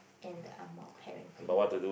and Angmoh parenting